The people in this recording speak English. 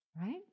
Right